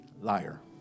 liar